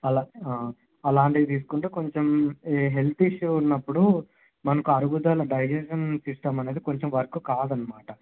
అల అలాంటివి తీసుకుంటే కొంచెం హెల్త్ ఇష్యూ ఉన్నప్పుడు మనకు అరుగుదల డైజెషన్ సిస్టం అనేది కొంచం వర్క్ కాదనమాట